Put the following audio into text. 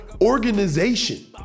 organization